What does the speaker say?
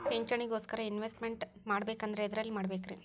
ಪಿಂಚಣಿ ಗೋಸ್ಕರ ಇನ್ವೆಸ್ಟ್ ಮಾಡಬೇಕಂದ್ರ ಎದರಲ್ಲಿ ಮಾಡ್ಬೇಕ್ರಿ?